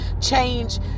change